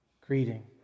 greeting